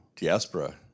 diaspora